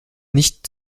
nicht